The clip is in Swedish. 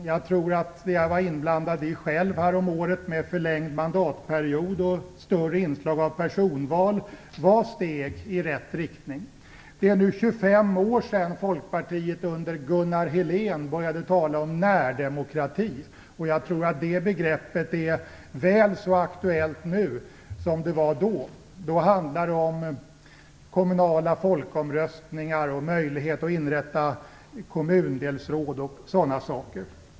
De reformer som jag själv häromåret var inblandad i, där det gällde förlängd mandatperiod och ett större inslag av personval, var steg i rätt riktning. Det är nu 25 år sedan Folkpartiet under Gunnar Helén började tala om närdemokrati. Det begreppet är väl så aktuellt nu som det var då. Då handlade det om kommunala folkomröstningar, möjlighet att inrätta kommundelsråd och liknande.